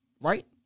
Right